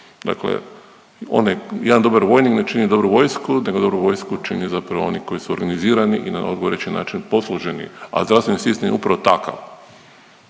Dakle, onaj jedan dobar vojnik ne čini dobru vojsku nego dobru vojsku čine zapravo oni koji su organizirani i na odgovarajući način posloženi, a zdravstveni sistem je upravo takav.